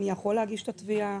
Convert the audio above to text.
מי יכול להגיש את התביעה,